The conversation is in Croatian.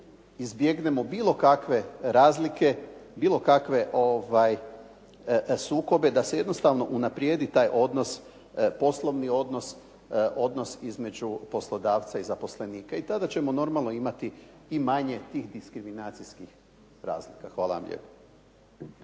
izbjegnemo bilo kakve razlike, bilo kakve sukobe da se jednostavno unaprijedi taj poslovni odnos, odnos između poslodavca i zaposlenika i tada ćemo normalno imati i manje tih diskriminacijskih razlika. Hvala vam lijepo.